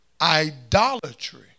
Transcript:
Idolatry